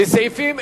אני מבקש להציג.